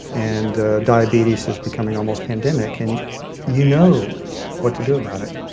and diabetes is becoming almost pandemic. and you know what to do about it.